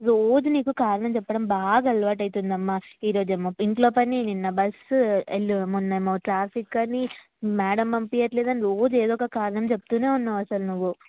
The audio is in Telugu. రోజు నీకు కారణం చెప్పడం బాగా అలవాటు అవుతోందమ్మా ఈ రోజేమో ఇంట్లో పని నిన్న బస్సు ఎల్లు మొన్నేమో ట్రాఫిక్ అని మేడం పంపించట్లేదని రోజు ఏదో ఒక కారణం చెప్తూనే ఉన్నావు అసలు నువ్వు